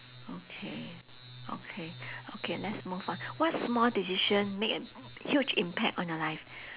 okay okay okay let's move on what small decision made a huge impact on your life